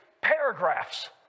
paragraphs